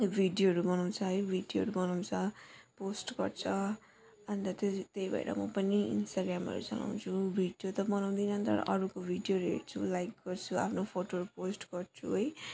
भिडियोहरू बनाउँछ है भिडियोहरू बनाउँछ पोस्ट गर्छ अनि त त्यो चाहिँ त्यही भएर म पनि इन्सटाग्र्यामहरू चलाउँछु भिडियो त बनाउँदिनँ तर अरूको भिडियोहरू हेर्छु लाइक गर्छु आफ्नो फोटोहरू पोस्ट गर्छु है